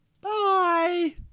Bye